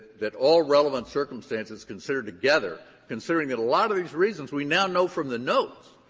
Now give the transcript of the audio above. that all relevant circumstances considered together, considering that a lot of these reasons we now know from the notes,